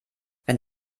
wenn